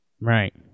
Right